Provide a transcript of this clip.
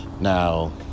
Now